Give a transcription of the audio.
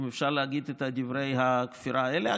אם אפשר להגיד את דברי הכפירה האלה.